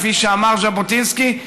כפי שאמר ז'בוטינסקי,